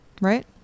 right